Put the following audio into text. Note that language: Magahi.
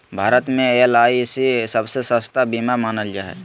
भारत मे एल.आई.सी सबसे सस्ता बीमा मानल जा हय